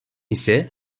ise